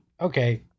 okay